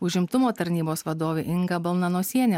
užimtumo tarnybos vadovė inga balnanosienė